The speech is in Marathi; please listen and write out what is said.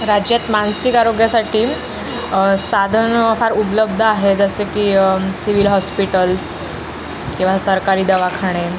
राज्यात मानसिक आरोग्यासाठी साधनं फार उपलब्ध आहेत जसें की सिविल हॉस्पिटल्स किंवा सरकारी दवाखाने